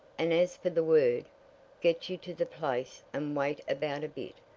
and as for the word get you to the place and wait about a bit,